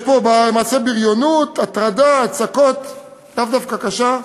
יש פה מעשי בריונות, הטרדה, הצקות, לאו דווקא קשה.